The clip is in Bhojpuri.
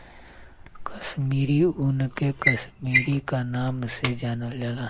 कसमीरी ऊन के कसमीरी क नाम से जानल जाला